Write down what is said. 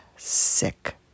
sick